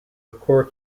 occur